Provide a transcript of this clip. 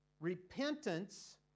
Repentance